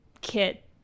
kit